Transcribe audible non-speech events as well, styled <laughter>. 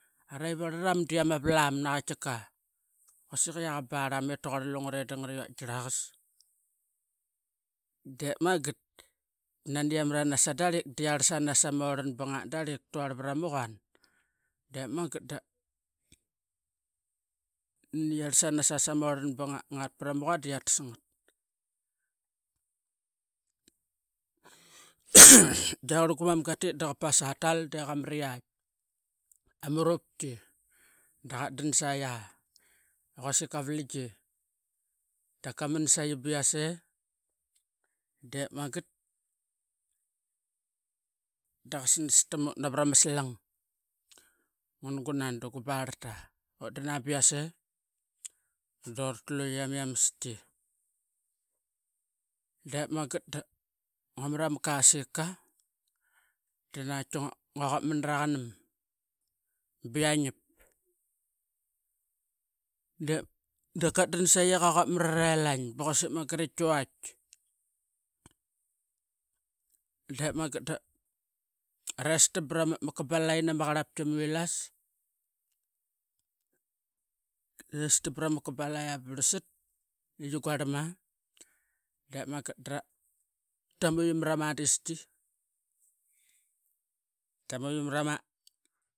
Ara qiveratitnam de ama valam naqatika, quasik iyak ama baram taquar lungra edanga lungra daraqas. Dep manget dan de maranas sadarik dia rasanas samoran ba angat dari tuar vara maquan. Dep manget da <hesitation> nani iya tasanas sama oran bangat prama dia quan. <noise> Dia loko ama mgati dia tasngat dequt gunam gat tit daqa pas aa tal de qamariat ama murupki daqa dan saqi i quasik kavalangi dap kama saqi be yas ee dep manget daqa santamit naverama slang ngun gunan da gubarata utdan be yas ee doratluqi ama yamaski. Dep manget dunga marama kasika, dana qiatki ngua quap manara qanam, biyanap dep kadan saqi i qaquap manarling ba quasik manget ip qivaitk. Dep manget drestam brama kabalaqi nama qarapki ama vilas, drestam brama kabalaqi ba varsat, guarama depmanget dramuyi marama diski, tamuqi marama.